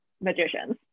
magicians